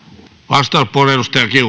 arvoisa herra puhemies